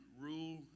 rule